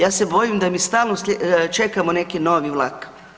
Ja se bojim da mi stalno čekamo neki novi vlak.